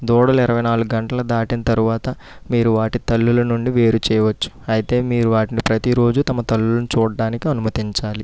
దూడలు ఇరవై నాలుగు గంటలు దాటిన తరువాత మీరు వాటి తల్లుల నుండి వేరు చేయవచ్చు అయితే మీరు వాటిని ప్రతీ రోజు తమ తల్లులను చూడటానికి అనుమతించాలి